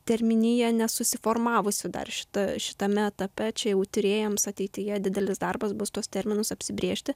terminija nesusiformavusi dar šita šitame etape čia jau tyrėjams ateityje didelis darbas bus tuos terminus apsibrėžti